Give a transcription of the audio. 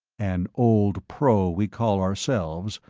an old pro, we call ourselves,